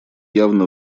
явно